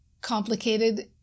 complicated